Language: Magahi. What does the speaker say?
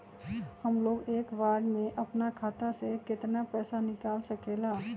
हमलोग एक बार में अपना खाता से केतना पैसा निकाल सकेला?